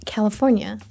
California